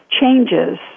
changes